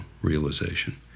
realization